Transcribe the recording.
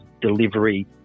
delivery